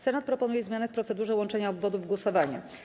Senat proponuje zmianę w procedurze łączenia obwodów głosowania.